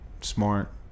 smart